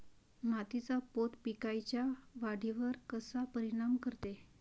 मातीचा पोत पिकाईच्या वाढीवर कसा परिनाम करते?